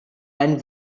and